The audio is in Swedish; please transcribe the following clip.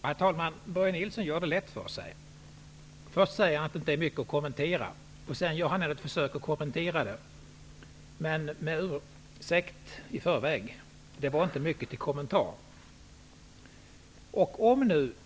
Herr talman! Börje Nilsson gör det lätt för sig. Först säger han att mitt inlägg inte är mycket att kommentera, men sedan gör han ändå ett försök, men med den ursäkten i förväg att det inte är mycket till kommentar.